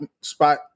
spot